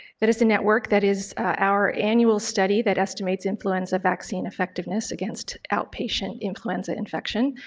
that is the network that is our annual study that estimates influenza vaccine effectiveness against outpatient influenza infection.